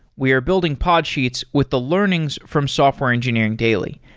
we are building podsheets with the learnings from software engineering daily.